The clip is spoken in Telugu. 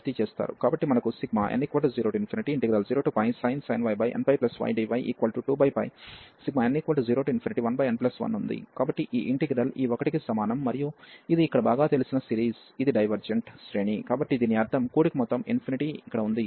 కాబట్టి మనకు n00sin y nππdy2n01n1ఉంది కాబట్టి ఈ ఇంటిగ్రల్ ఈ 1 కి సమానం మరియు ఇది ఇక్కడ బాగా తెలిసిన సిరీస్ ఇది డైవెర్జెంట్ శ్రేణి కాబట్టి దీని అర్థం కూడిక మొత్తం ఇక్కడ ఉంది